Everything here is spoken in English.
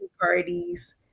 parties